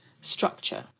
structure